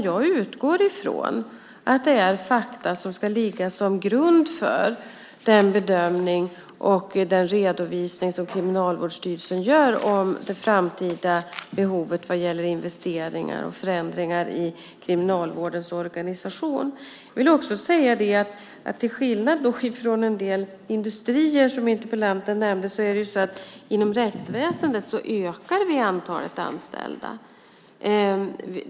Jag utgår ifrån att det är fakta som ska ligga till grund för den bedömning och den redovisning som Kriminalvårdsstyrelsen gör om det framtida behovet vad gäller investeringar och förändringar i Kriminalvårdens organisation. Jag vill också säga att till skillnad från en del industrier, som interpellanten nämnde, ökar vi inom rättsväsendet antalet anställda.